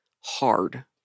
hard